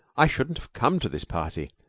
i shouldn't have come to this party.